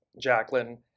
Jacqueline